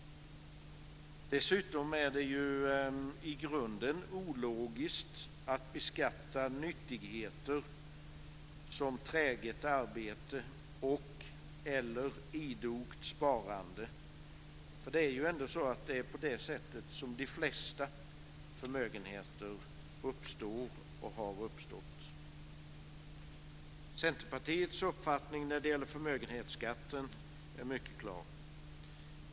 Dessutom är det i grunden ologiskt att beskatta nyttigheter som träget arbete och idogt sparande, för det är ju ändå på det sättet som de flesta förmögenheter uppstår och har uppstått. Centerpartiets uppfattning när det gäller förmögenhetsskatten är mycket klar.